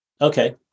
okay